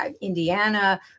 Indiana